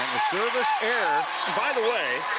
service error by the way,